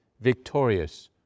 victorious